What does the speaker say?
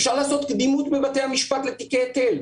אפשר לעשות קדימות בבתי המשפט לתיקי היטל.